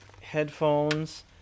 headphones